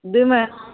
दू महिनामे